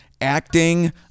acting